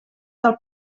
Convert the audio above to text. del